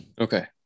Okay